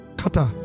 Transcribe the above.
kata